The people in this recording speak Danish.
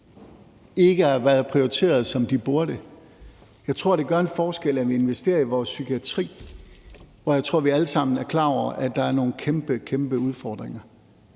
ikke har været prioriteret, som de burde. Jeg tror, det gør en forskel, at vi investerer i vores psykiatri, og jeg tror, vi alle sammen er klar over, at der er nogle kæmpe, kæmpe udfordringer.